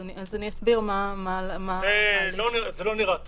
אז אני אסביר מה --- זה לא נראה טוב.